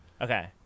Okay